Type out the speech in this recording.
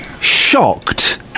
shocked